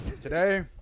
today